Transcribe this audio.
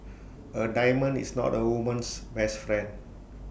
A diamond is not A woman's best friend